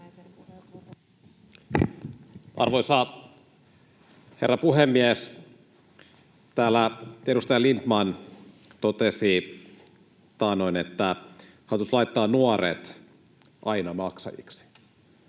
Arvoisa herra puhemies! Täällä edustaja Lindtman totesi taannoin, että hallitus laittaa nuoret aina maksajiksi,